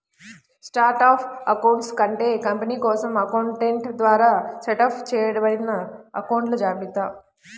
chart of accounts అంటే company కోసం accountant ద్వారా సెటప్ చేయబడిన అకొంట్ల జాబితా